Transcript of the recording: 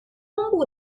东部